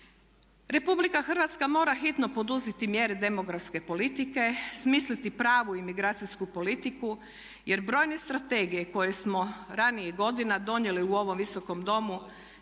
Republika Hrvatska mora hitno poduzeti mjere demografske politike, smisliti pravu imigracijsku politiku. Jer brojne strategije koje smo ranijih godina donijeli u ovom Visokom domu